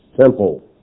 temple